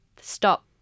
stop